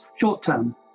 short-term